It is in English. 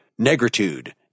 negritude